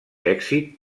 èxit